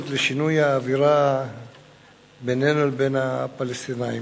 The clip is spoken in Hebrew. לשינוי האווירה בינינו לבין הפלסטינים.